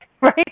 right